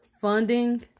funding